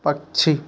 पक्षी